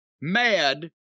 Mad